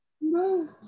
No